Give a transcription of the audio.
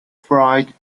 fried